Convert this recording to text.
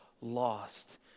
lost